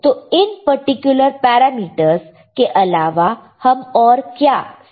तो इन particular parameters के अलावा हम और क्या समझ सकते हैं